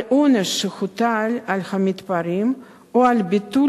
על עונש שהוטל על המתפרעים או על ביטול